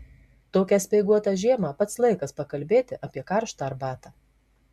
tokią speiguotą žiemą pats laikas pakalbėti apie karštą arbatą